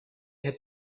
had